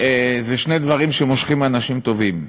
הם שני דברים שמושכים אנשים טובים.